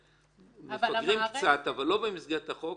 שמפגרים קצת אבל לא במסגרת החוק,